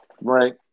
Right